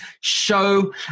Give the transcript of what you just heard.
show